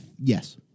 Yes